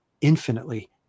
infinitely